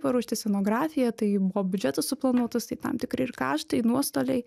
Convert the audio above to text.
paruošti scenografija tai buvo biudžetas suplanuotas tai tam tikri ir kaštai nuostoliai